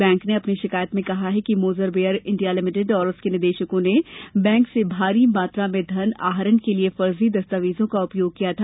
bank ने अपनी शिकायत में कहा है कि मोजेर बियर इंडिया लिमिटेड और उसके निदेशकों ने बैंक से भारी मात्रा में धन आहरण के लिए फर्जी दस्तावेजों का उपयोग किया था